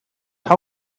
how